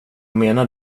menar